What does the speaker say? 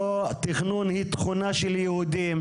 או התכנון היא תכונה של יהודים,